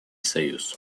союз